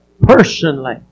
personally